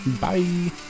Bye